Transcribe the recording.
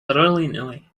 brilliantly